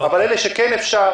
אבל את אלה שכן אפשר,